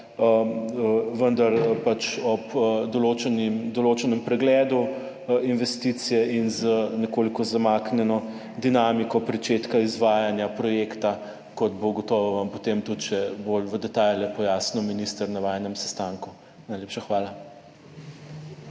vendar ob določenem pregledu investicije in z nekoliko zamaknjeno dinamiko pričetka izvajanja projekta, kot vam bo gotovo potem tudi še bolj v detajle pojasnil minister na vajinem sestanku. Najlepša hvala.